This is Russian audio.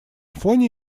фоне